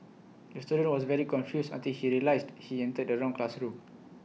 the student was very confused until he realised he entered the wrong classroom